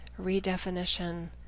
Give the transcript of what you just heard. redefinition